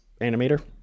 animator